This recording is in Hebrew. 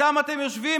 איתם אתם יושבים?